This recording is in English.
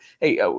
Hey